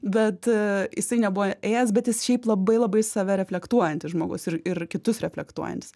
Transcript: bet jisai nebuvo ėjęs bet jis šiaip labai labai save reflektuojantis žmogus ir ir kitus reflektuojantis